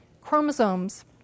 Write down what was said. chromosomes